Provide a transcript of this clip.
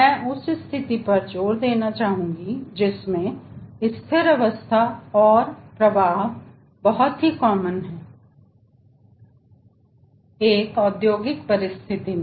मैं उस स्थिति पर जोर देना चाहूंगा जिसमें स्थिर अवस्था और इससे प्रवाह बहुत ही कॉमन है एक औद्योगिक परिस्थिति में